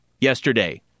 yesterday